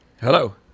Hello